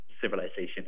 civilization